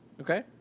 Okay